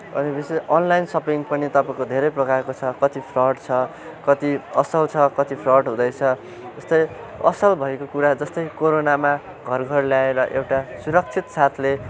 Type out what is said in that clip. अनि विशेष online shopping पनि तपाईँको धेरै प्रकारको छ कति फ्रड छ कति असल छ कति फ्रड हुँदैछ त्यस्तै असल भएको कुरा जस्तै कोरोनामा घर घर ल्याएर एउटा सुरक्षित साथले